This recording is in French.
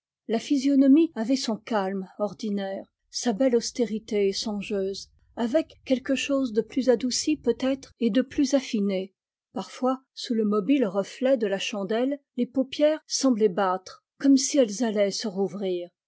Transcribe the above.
la physionomie avait son calme ordinaire sa belle austérité songeuse avec quelque chose de plus adouci peut-être et de plus affiné parfois sous le mobile reflet de la chandelle les paupières semblaient battre comme si elles allaient se rouvrir